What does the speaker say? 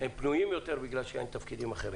מה גם שהם פנויים יותר כי אין להם תפקידים אחרים.